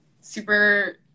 super